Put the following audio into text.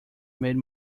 made